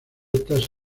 estas